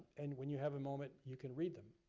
and when you have a moment, you can read them.